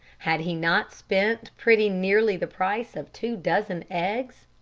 had he not spent pretty nearly the price of two dozen eggs?